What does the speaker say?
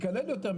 מקלל יותר,